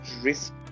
risk